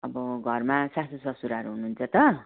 अब घरमा सासूससुराहरू हुनुहुन्छ त